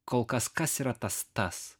kol kas kas yra tas tas